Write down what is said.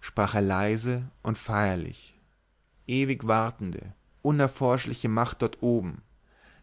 sprach er leise und feierlich ewig wartende unerforschliche macht dort oben